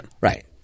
Right